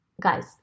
guys